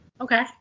Okay